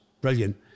brilliant